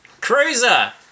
Cruiser